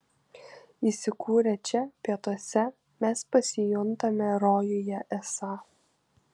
įsikūrę čia pietuose mes pasijuntame rojuje esą